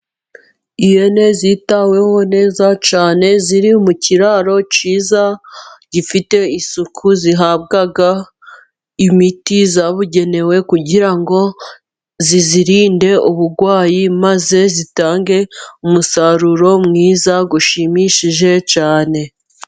Ihene zitaweho neza cyane, ziri mu kiraro cyiza, gifite isuku, zihabwa imiti yabugenewe, kugira ngo zizirinde uburwayi, maze zitange umusaruro mwiza ushimishije cyane.